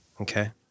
Okay